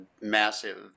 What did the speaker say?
massive